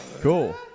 Cool